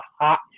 hot